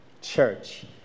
Church